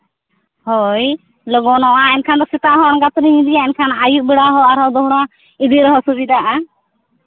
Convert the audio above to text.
ᱦᱳᱭ ᱞᱚᱜᱚᱱᱚᱜᱼᱟ ᱮᱱᱠᱷᱟᱱ ᱫᱚ ᱥᱮᱛᱟᱜ ᱦᱚᱸ ᱟᱬᱜᱟᱛ ᱨᱤᱧ ᱤᱫᱤᱭᱟ ᱟᱨ ᱟᱹᱭᱩᱵ ᱵᱮᱲᱟ ᱦᱚᱸ ᱟᱨᱦᱚᱸ ᱫᱚᱦᱲᱟ ᱤᱫᱤ ᱨᱮᱦᱚᱸ ᱥᱩᱵᱤᱫᱟᱜᱼᱟ